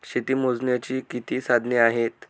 शेती मोजण्याची किती साधने आहेत?